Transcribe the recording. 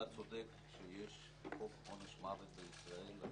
אתה צודק שיש חוק עונש מוות בישראל.